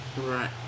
Right